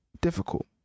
difficult